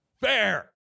Fair